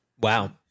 Wow